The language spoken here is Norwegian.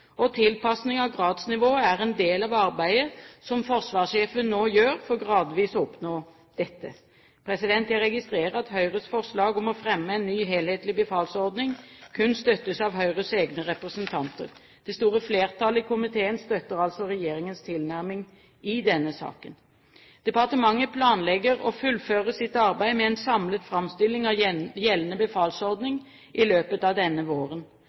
Tilpasning av gradsnivå er en del av arbeidet som forsvarssjefen nå gjør for gradvis å oppnå dette. Jeg registrerer at Høyres forslag om å fremme en ny helhetlig befalsordning kun støttes av Høyres egne representanter. Det store flertallet i komiteen støtter altså regjeringens tilnærming i denne saken. Departementet planlegger å fullføre sitt arbeid med en samlet framstilling av gjeldende befalsordning i løpet av denne våren.